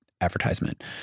advertisement